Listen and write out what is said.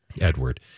edward